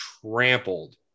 trampled